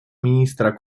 ministra